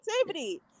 activity